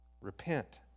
Repent